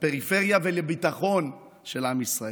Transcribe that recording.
לפריפריה ולביטחון של עם ישראל.